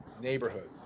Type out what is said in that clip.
Neighborhoods